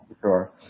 sure